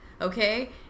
okay